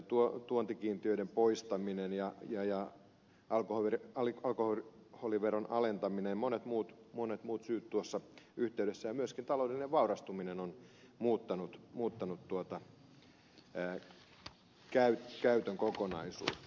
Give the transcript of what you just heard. tuontikiintiöiden poistaminen ja alkoholiveron alentaminen ja monet muut syyt tuossa yhteydessä ja myöskin taloudellinen vaurastuminen ovat muuttaneet käytön kokonaisuutta